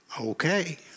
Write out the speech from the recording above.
okay